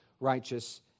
righteous